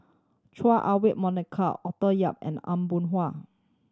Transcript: Chua Ah Huwa Monica Arthur Yap and Aw Boon Haw